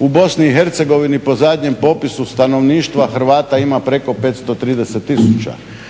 u Bosni i Hercegovini po zadnjem popisu stanovništva Hrvata ima preko 530 tisuća.